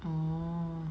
orh